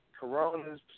Coronas